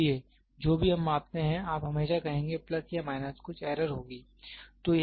इसलिए जो भी हम मापते हैं आप हमेशा कहेंगे प्लस या माइनस कुछ एरर होगी